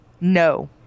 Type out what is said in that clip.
No